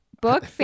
book